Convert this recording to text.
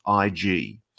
IG